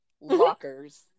lockers